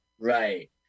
Right